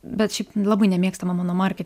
bet šiaip labai nemėgstama mano markė